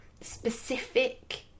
specific